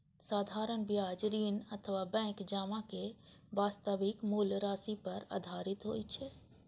साधारण ब्याज ऋण अथवा बैंक जमाक वास्तविक मूल राशि पर आधारित होइ छै